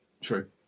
True